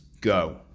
go